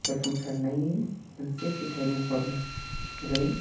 जाफुंसारनायनि मोनसे फिथाय महर महरै